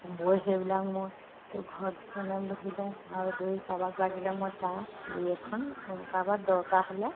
বৈ সেইবিলাক মইতো ঘৰত মানে বহি লওঁ আৰু বহি কাবাক লাগিলে মই তাৰ দুই এখন কাৰোবাক দৰকাৰ হ'লে